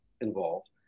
involved